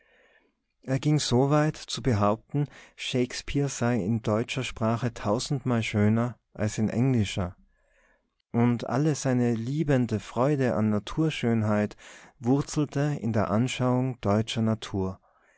er ging so weit zu behaupten shakespeare sei in deutscher sprache tausendmal schöner als in englischer und alle seine liebende freude an naturschönheit wurzelte in der anschauung deutscher natur